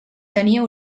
tenia